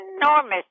enormous